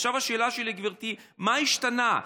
עכשיו השאלה שלי, גברתי: מה השתנה?